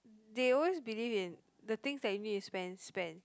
they always believe in the things that you need to spend spend